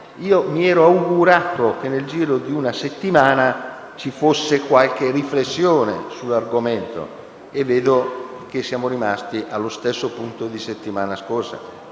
mi ero augurato che nel giro di una settimana ci fosse qualche riflessione sull'argomento, ma vedo che siamo rimasti allo stesso punto della settimana scorsa.